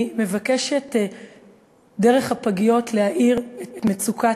אני מבקשת דרך הפגיות להאיר את מצוקת